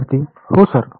विद्यार्थी हो सर